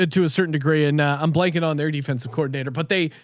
ah to a certain degree and i'm blanking on their defensive coordinator, but they,